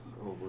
over